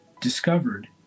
discovered